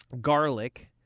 garlic